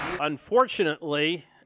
unfortunately